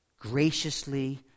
graciously